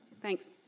Thanks